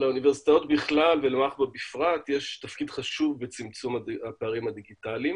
לאוניברסיטאות בכלל ולמחב"א בפרט יש תפקיד חשוב בצמצום הפערים הדיגיטליים